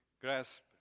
grasp